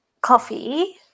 Coffee